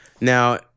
Now